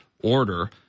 order